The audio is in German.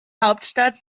hauptstadt